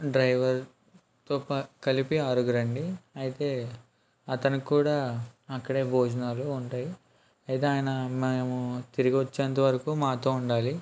డ్రైవర్తో కలిపి ఆరుగురు అండి అయితే అతని కూడా అక్కడే భోజనాలు ఉంటాయి అయితే ఆయన మేము తిరిగి వచ్చేంతవరకు మాతో ఉండాలి